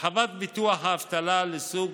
הרחבת ביטוח האבטלה לסוג